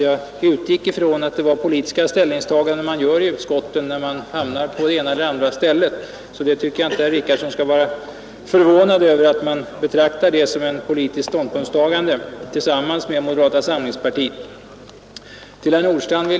Jag utgick ifrån att det var politiska ställningstaganden som man gör i utskotten när man hamnar på den ena eller andra sidan. Jag tycker därför inte att herr Richardson skall vara förvånad över att man betraktar detta som ett politiskt ståndpunktstagande tillsammans med moderata samlingspartiet.